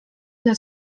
dla